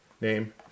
name